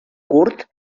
curt